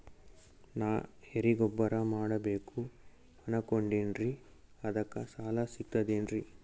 ನಾ ಎರಿಗೊಬ್ಬರ ಮಾಡಬೇಕು ಅನಕೊಂಡಿನ್ರಿ ಅದಕ ಸಾಲಾ ಸಿಗ್ತದೇನ್ರಿ?